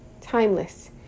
timeless